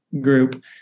group